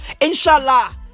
Inshallah